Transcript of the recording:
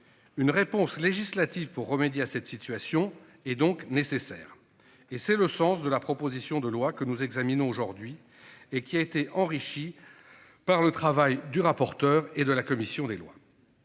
Une réponse législative pour remédier à cette situation est donc nécessaire et c'est le sens de la proposition de loi que nous examinons aujourd'hui et qui a été enrichi par le travail du rapporteur et de la commission des lois.